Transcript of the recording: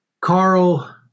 Carl